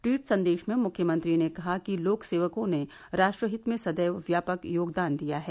tweet संदेश में मुख्यमंत्री ने कहा कि लोक सेवकों ने राष्ट्रहित में सदैव व्यापक योगदान दिया है